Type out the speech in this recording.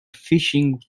fishing